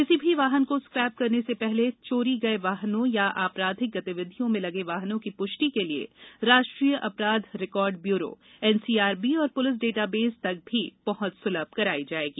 किसी भी वाहन को स्क्रैप करने से पहले चोरी गए वाहनों या आपराधिक गतिविधियों में लगे वाहनों की पुष्टि के लिए राष्ट्रीय अपराध रिकॉर्ड ब्यूरो एनसीआरबी और पुलिस डेटाबेस तक भी पहुंच सुलभ कराई जाएगी